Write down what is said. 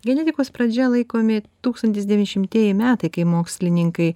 genetikos pradžia laikomi tūkstantis devyni šimtieji metai kai mokslininkai